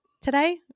today